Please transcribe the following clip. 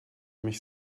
mich